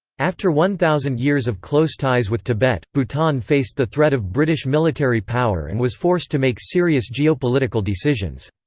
after one thousand years of close ties with tibet, bhutan faced the threat of british military power and was forced to make serious geopolitical decisions.